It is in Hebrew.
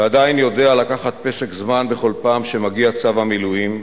ועדיין יודע לקחת פסק זמן בכל פעם שמגיע צו המילואים,